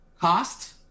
cost